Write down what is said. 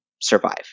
survive